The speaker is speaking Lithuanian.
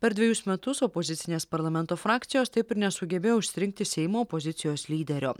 per dvejus metus opozicinės parlamento frakcijos taip ir nesugebėjo išsirinkti seimo opozicijos lyderio